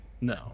No